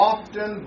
Often